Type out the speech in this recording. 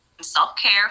self-care